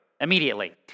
immediately